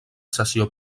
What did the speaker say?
sessió